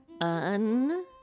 Un